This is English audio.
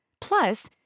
Plus